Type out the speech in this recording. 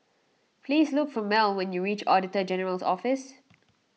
please look for Mel when you reach Auditor General's Office